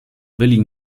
byli